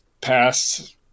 past